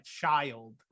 child